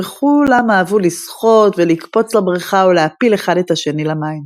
וכלם אהבו לשחות ולקפץ לברכה ולהפיל אחד את השני למים.